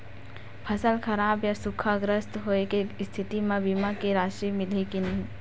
फसल खराब या सूखाग्रस्त होय के स्थिति म बीमा के राशि मिलही के नही?